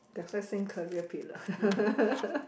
that's why same career pillar